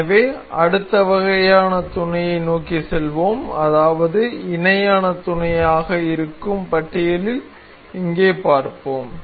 எனவே அடுத்த வகையான துணையை நோக்கி செல்வோம் அதாவது இணையான துணையாக இருக்கும் பட்டியலில் இங்கே பார்ப்போம்